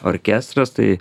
orkestras tai